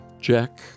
Jack